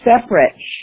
separate